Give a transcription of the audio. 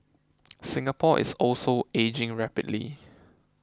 Singapore is also ageing rapidly